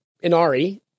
Inari